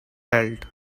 held